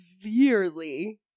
severely